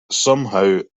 somehow